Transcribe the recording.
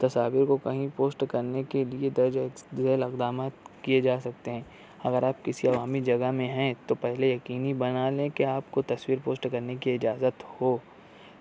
تصاویر کو کہیں پوسٹ کرنے کے لئے درج ذیل اقدامات کئے جا سکتے ہیں اگر آپ کسی عوامی جگہ میں ہیں تو پہلے یقینی بنا لیں کہ آپ کو تصویر پوسٹ کرنے کی اجازت ہو